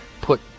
put